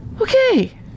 Okay